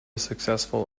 successful